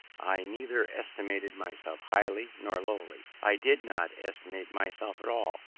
i neither estimated myself highly nor lowly i did not estimate myself at all.